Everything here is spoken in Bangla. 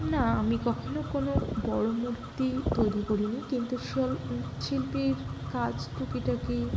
না আমি কখনও কোনো বড় মূর্তি তৈরি করিনি কিন্তু শিল্পীর কাজ টুকিটাকি